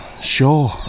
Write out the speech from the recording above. Sure